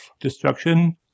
Destruction